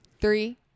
three